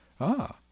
Ah